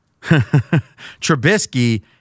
Trubisky